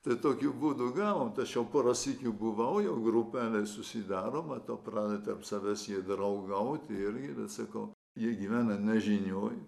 tai tokiu būdu gavom tai aš jau porą sykių buvau jau grupelė susidaro matau pradeda tarp savęs jie draugauti irgi bet sakau jie gyvena nežinioj